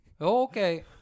Okay